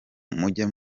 mujya